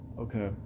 Okay